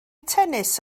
tennis